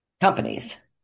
companies